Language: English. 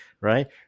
right